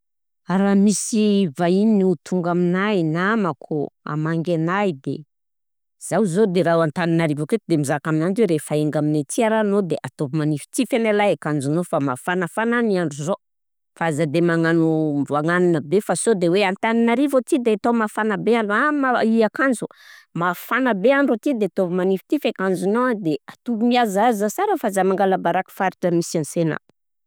Raha misy vahiny ho tonga aminahy ai, namako hamangy anahy de zaho zô de raha ho Antananarivo aketo de mizaka aminanjy rehefa hiainga aminay aty ara anao de ataovy manifitify ane lay akanjonao fa mafanafana ny andro zao fa aza de magnano vagnanina be fa sao de hoe Antananarivo aty de atao mafana be a- am- i akanjo, mafana be andro aty de ataovy manifitify akanjonao de atovo mihazahaza sara fa aza mangala baraka ny faritra misy ansena.